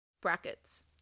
Brackets